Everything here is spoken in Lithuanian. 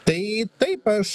tai taip aš